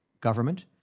government